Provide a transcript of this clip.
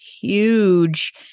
huge